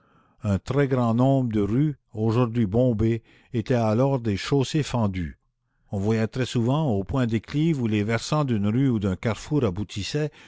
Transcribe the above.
un très grand nombre de rues aujourd'hui bombées étaient alors des chaussées fendues on voyait très souvent au point déclive où les versants d'une rue ou d'un carrefour aboutissaient